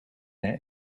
their